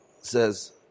says